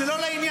זה לא לעניין.